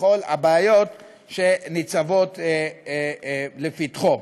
לכל הבעיות שניצבות לפתחו.